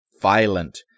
violent